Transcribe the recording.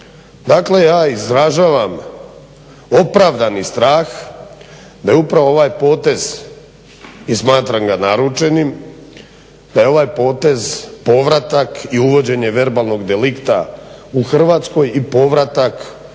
Dakle, ja izražavam opravdani strah da je upravo ovaj potez i smatram ga naručenim da je ovaj potez povratak i uvođenje verbalnog delikta u Hrvatskoj i povratak